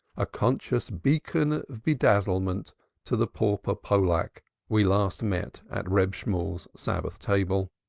a conscious beacon of bedazzlement to the pauper pollack we last met at reb shemuel's sabbath table,